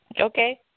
Okay